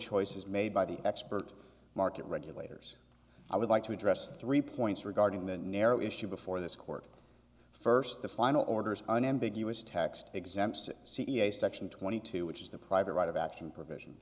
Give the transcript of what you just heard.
choices made by the expert market regulators i would like to address three points regarding the narrow issue before this court first the final orders an ambiguous text exempts ca section twenty two which is the private right of action pr